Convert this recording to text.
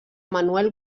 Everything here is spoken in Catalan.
manuel